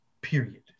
Period